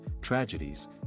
tragedies